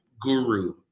guru